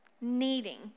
needing